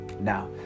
Now